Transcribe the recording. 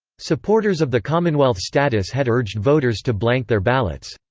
supporters of the commonwealth status had urged voters to blank their ballots.